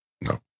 no